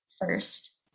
first